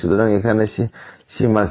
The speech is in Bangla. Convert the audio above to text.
সুতরাং এখানে সীমা কি